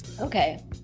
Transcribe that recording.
Okay